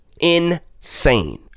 Insane